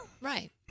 Right